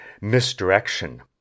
misdirection